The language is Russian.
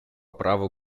праву